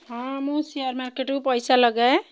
ହଁ ମୁଁ ସେୟାର୍ ମାର୍କେଟ୍କୁ ପଇସା ଲଗାଏ